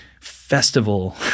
festival